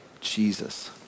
Jesus